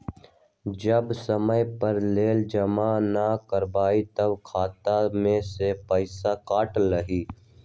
जब समय पर लोन जमा न करवई तब खाता में से पईसा काट लेहई?